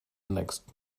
next